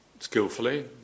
Skillfully